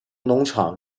农场